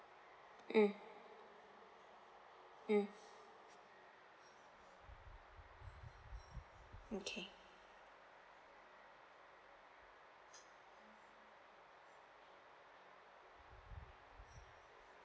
mm mm okay